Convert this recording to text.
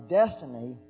destiny